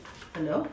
hello